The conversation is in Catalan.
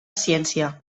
ciència